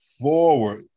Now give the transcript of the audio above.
forward